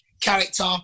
character